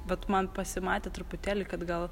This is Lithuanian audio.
bet man pasimatė truputėlį kad gal